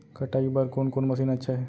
कटाई बर कोन कोन मशीन अच्छा हे?